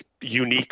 unique